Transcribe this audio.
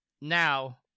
Now